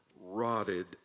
rotted